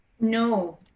No